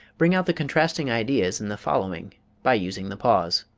bring out the contrasting ideas in the following by using the pause